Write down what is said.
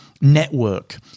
network